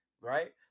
right